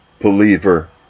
believer